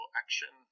action